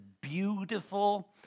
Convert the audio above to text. beautiful